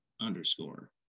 underscore